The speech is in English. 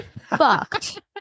fucked